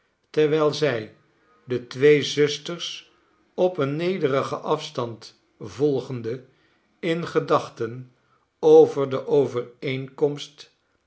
terwijl zij de twee zusters op een nederigen afstand volgende in gedachten over de overeenkomst